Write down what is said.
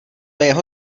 jeho